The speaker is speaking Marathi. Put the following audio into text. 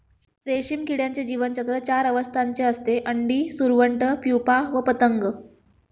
रेशीम किड्याचे जीवनचक्र चार अवस्थांचे असते, अंडी, सुरवंट, प्युपा व पतंग